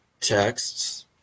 texts